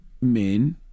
men